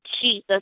Jesus